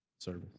service